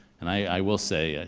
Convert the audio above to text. and i will say, ah